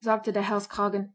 sagte der halskragen